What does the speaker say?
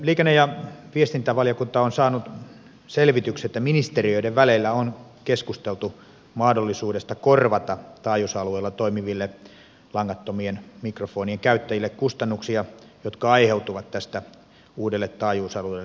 liikenne ja viestintävaliokunta on saanut selvityksen että ministeriöiden välillä on keskusteltu mahdollisuudesta korvata taajuusalueella toimiville langattomien mikrofonien käyttäjille kustannuksia jotka aiheutuvat tästä uudelle taajuusalueelle siirtymisestä